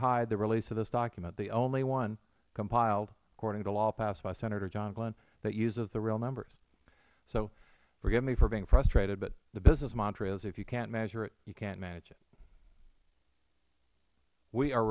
hide the release of this document the only one compiled according to law passed by senator john glenn that uses the real numbers so forgive me for being frustrated but the business mantra is if you cant measure it you cant manage it we are